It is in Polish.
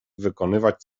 wykonywać